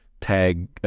tag